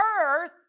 earth